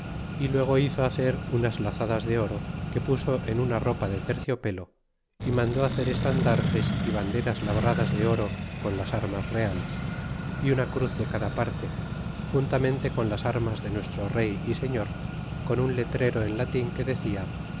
y luego hizo hacer unas lazadas de oro que puso en una ropa de terciopelo y mandó hacer estandartes y banderas labradas de oro con las armas reales y una cruz de cada parte juntamente con las armas de nuestro rey y señor con un letrero en latín que decia